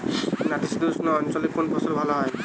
নাতিশীতোষ্ণ অঞ্চলে কোন ফসল ভালো হয়?